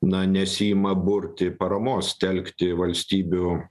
na nesiima burti paramos telkti valstybių